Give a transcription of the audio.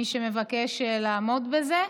מי שמבקש לעמוד בזה,